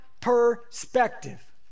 perspective